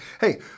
Hey